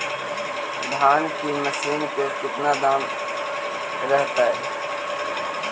धान की मशीन के कितना दाम रहतय?